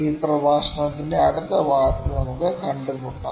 ഈ പ്രഭാഷണത്തിന്റെ അടുത്ത ഭാഗത്ത് നമുക്ക് കണ്ടുമുട്ടാം